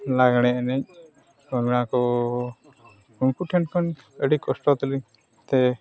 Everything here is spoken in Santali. ᱞᱟᱜᱽᱬᱮ ᱮᱱᱮᱡ ᱚᱱᱟᱠᱚ ᱩᱱᱠᱩ ᱴᱷᱮᱱ ᱠᱷᱚᱱ ᱟᱹᱰᱤ ᱠᱚᱥᱴᱚ ᱛᱮᱞᱤᱧ ᱛᱮ